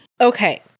Okay